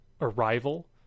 arrival